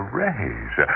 raise